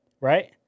Right